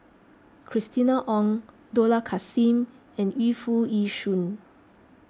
Christina Ong Dollah Kassim and Yu Foo Yee Shoon